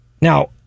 Now